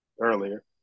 earlier